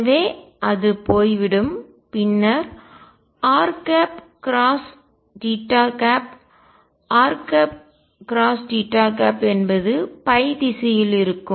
எனவே அது போய்விடும் பின்னர்r r என்பது திசையில் இருக்கும்